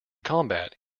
combat